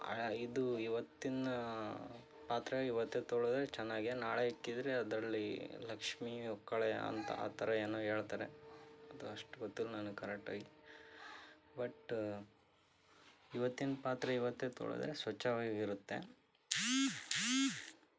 ಇದು ಇವತ್ತಿನ ಪಾತ್ರೆ ಇವತ್ತೇ ತೊಳೆದ್ರೆ ಚೆನ್ನಾಗೆ ನಾಳೆ ಇಕ್ಕಿದರೆ ಅದರಲ್ಲಿ ಲಕ್ಷ್ಮೀಯು ಕಳೆಯ ಆ ಥರ ಏನೋ ಹೇಳ್ತಾರೆ ಅದು ಅಷ್ಟು ಗೊತ್ತಿಲ್ಲ ನನಗೆ ಕರೆಕ್ಟಾಗಿ ಬಟ್ ಇವತ್ತಿನ ಪಾತ್ರೆ ಇವತ್ತೇ ತೊಳೆದರೆ ಸ್ವಚ್ಛವಾಗಿರತ್ತೆ